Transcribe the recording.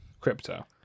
crypto